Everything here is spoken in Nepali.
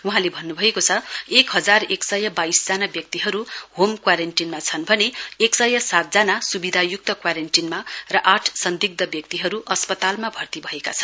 वहाँले भन्नुभएको छ एक हजार एक सय बाइसवटा व्यक्तिहरू होम क्वारेन्टीनमा छन् भने एक सय सातजना स्विधाय्क्त क्वारेन्टिनमा र आठ संदिग्ध व्यक्तिहरू अस्पतालमा भर्ती भएका छन्